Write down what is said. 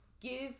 Give